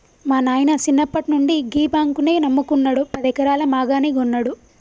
మా నాయిన సిన్నప్పట్నుండి గీ బాంకునే నమ్ముకున్నడు, పదెకరాల మాగాని గొన్నడు